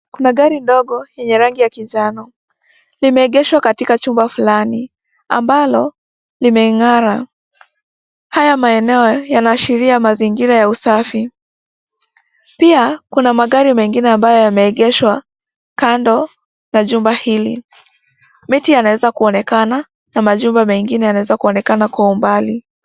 Kuna gari dogo yenye rangi ya kinjano. Limeegeshwa katika chumba fulani. Ambalo limeng'ara. Haya maeneo yanaashiria mazingira ya usafi. Pia kuna magari mengine ambayo yameegeshwa kando na jumba hili. Miti inaweza kuonekana na majumba mengine yanaweza kuonekana kwa umbali.